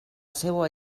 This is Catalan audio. seua